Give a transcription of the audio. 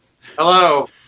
Hello